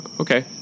Okay